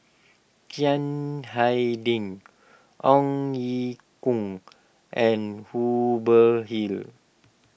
Chiang Hai Ding Ong Ye Kung and Hubert Hill